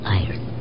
iron